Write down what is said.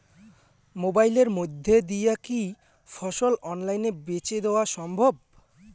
মোবাইলের মইধ্যে দিয়া কি ফসল অনলাইনে বেঁচে দেওয়া সম্ভব?